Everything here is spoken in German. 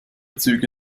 züge